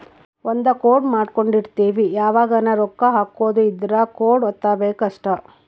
ಒಂದ ಕೋಡ್ ಮಾಡ್ಕೊಂಡಿರ್ತಿವಿ ಯಾವಗನ ರೊಕ್ಕ ಹಕೊದ್ ಇದ್ರ ಕೋಡ್ ವತ್ತಬೆಕ್ ಅಷ್ಟ